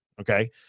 Okay